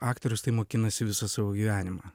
aktorius tai mokinasi visą savo gyvenimą